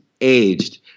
aged